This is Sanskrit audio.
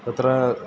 तत्र